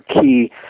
key